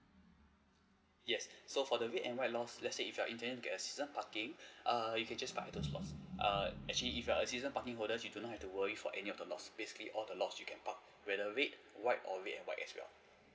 yes so for the red and while lots let's say if you are intend to get a season parking err you can just park at those lots err actually if you are a season parking holders you do not have to worry for any of the lots basically all the lots you can park whether red white or red and white as well